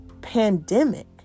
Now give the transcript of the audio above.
pandemic